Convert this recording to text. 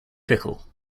pickle